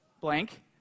blank